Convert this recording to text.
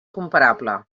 comparable